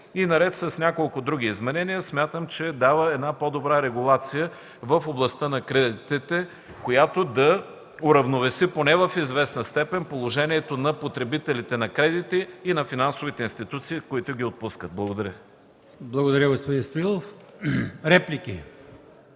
Наред с няколко други изменения смятам, че се дава по-добра регулация в областта на кредитите, която да уравновеси поне в известна степен положението на потребителите на кредити и на финансовите институции, които ги отпускат. Благодаря. ПРЕДСЕДАТЕЛ АЛИОСМАН ИМАМОВ: Благодаря, господин Стоилов. Реплики?